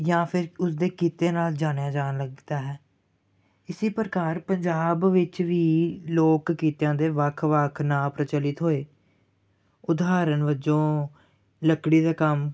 ਜਾਂ ਫਿਰ ਉਸਦੇ ਕਿੱਤੇ ਨਾਲ ਜਾਣਿਆ ਜਾਣ ਲੱਗਦਾ ਹੈ ਇਸੀ ਪ੍ਰਕਾਰ ਪੰਜਾਬ ਵਿੱਚ ਵੀ ਲੋਕ ਕਿੱਤਿਆਂ ਦੇ ਵੱਖ ਵੱਖ ਨਾਂ ਪ੍ਰਚਲਿਤ ਹੋਏ ਉਦਾਹਰਨ ਵੱਜੋਂ ਲੱਕੜੀ ਦਾ ਕੰਮ